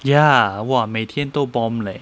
ya !wah! 每天都 bomb leh